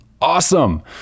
awesome